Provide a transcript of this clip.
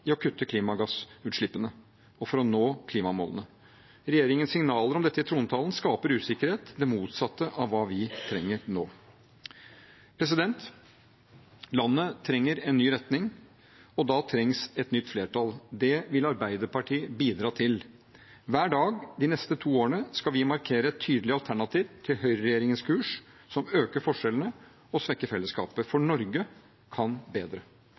i å kutte klimagassutslippene og for å nå klimamålene. Regjeringens signaler om dette i trontalen skaper usikkerhet – det motsatte av hva vi trenger nå. Landet trenger en ny retning, og da trengs det et nytt flertall. Det vil Arbeiderpartiet bidra til. Hver dag de neste to årene skal vi markere et tydelig alternativ til høyreregjeringens kurs som øker forskjellene og svekker fellesskapet. For Norge kan bedre.